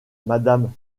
madame